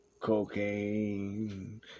cocaine